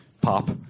Pop